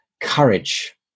Courage